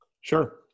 Sure